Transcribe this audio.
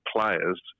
players